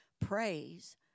praise